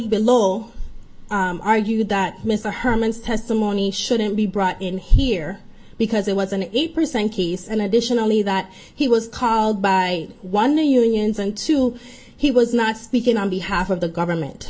below argued that mr herman's testimony shouldn't be brought in here because it was an eight percent piece and additionally that he was called by one the unions and two he was not speaking on behalf of the government